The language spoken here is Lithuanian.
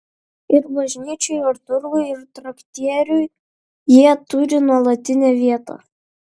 ir bažnyčioj ir turguj ir traktieriuj jie turi nuolatinę vietą